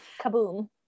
Kaboom